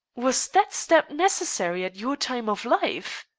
was that step necessary at your time of life?